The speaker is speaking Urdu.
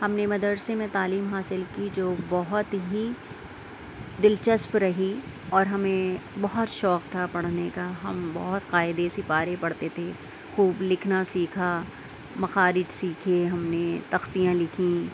ہم نے مدرسہ میں تعلیم حاصل کی جو بہت ہی دلچسپ رہی اور ہمیں بہت شوق تھا پڑھنے کا ہم بہت قاعدے سے سپارے پڑھتے تھے خوب لکھنا سیکھا مخارج سیکھے ہم نے تختیاں لکھیں